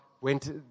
went